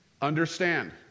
Understand